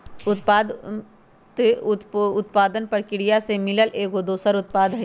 उपोत्पाद उत्पादन परकिरिया से मिलल एगो दोसर उत्पाद हई